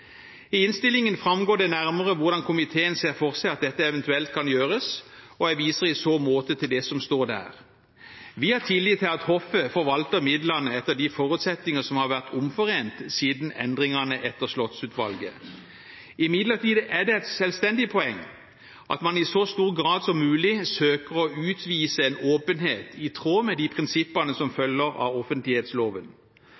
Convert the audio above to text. I innstillingen framgår det nærmere hvordan komiteen ser for seg at dette eventuelt kan gjøres, og jeg viser i så måte til det som står der. Vi har tillit til at hoffet forvalter midlene etter de forutsetninger som har vært omforent siden endringene etter Slottsutvalget. Imidlertid er det et selvstendig poeng at man i så stor grad som mulig søker å utvise en åpenhet i tråd med de prinsippene som